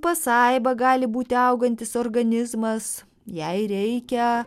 pasaiba gali būti augantis organizmas jei reikia